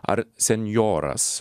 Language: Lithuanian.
ar senjoras